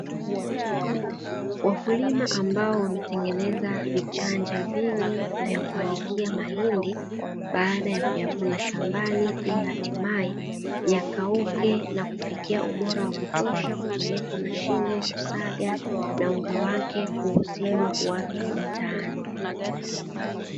Wakulima ambao wametengeneza vichanja vingi, vya kuanikia mahindi baada ya kuyavuna shambani, ili hatimaye yakauke na kufikia ubora wa kutosha, kupeleka mashine kusaga na unga wake kuuziwa watu mtaani.